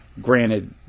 Granted